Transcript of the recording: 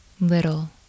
little